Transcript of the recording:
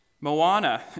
Moana